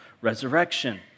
resurrection